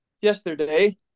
yesterday